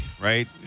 right